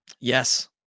Yes